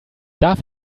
darf